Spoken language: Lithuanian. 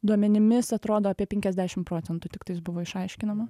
duomenimis atrodo apie penkiasdešim procentų tiktais buvo išaiškinama